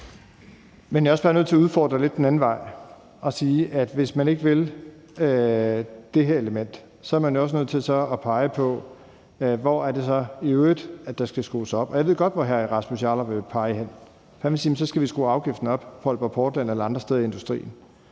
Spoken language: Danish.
bare nødt til at udfordre lidt den anden vej og sige, at hvis man ikke vil det her element, er man jo nødt til så at pege på, hvor det så i øvrigt er, der skal skrues op. Og jeg ved godt, hvor hr. Rasmus Jarlov vil pege hen. Han vil sige, at så skal vi skrue afgiften op på Aalborg Portland eller andre steder i industrien.